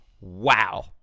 wow